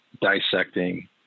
dissecting